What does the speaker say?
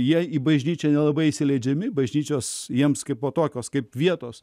jei į bažnyčią nelabai įsileidžiami bažnyčios jiems kaipo tokios kaip vietos